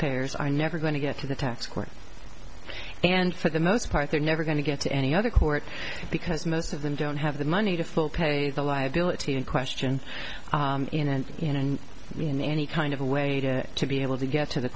payers are never going to get to the tax court and for the most part they're never going to get to any other court because most of them don't have the money to full pay the liability in question in and in and in any kind of a way to be able to get to the